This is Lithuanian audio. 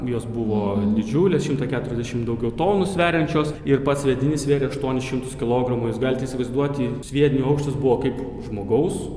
jos buvo didžiulės šimtą keturiasdešimt daugiau tonų sveriančios ir pats sviedinys svėrė aštuonis šimtus kilogramų jūs galite įsivaizduoti sviedinio aukštis buvo kaip žmogaus